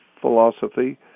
philosophy